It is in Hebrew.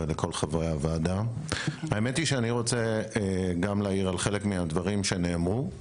אני רוצה להעיר על חלק מהדברים שנאמרו,